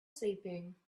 sleeping